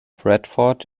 bradford